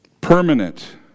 Permanent